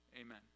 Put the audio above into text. amen